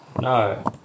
No